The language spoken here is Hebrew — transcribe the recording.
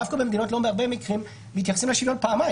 דווקא במדינות לאום בהרבה מקרים מתייחסים לשוויון פעמיים.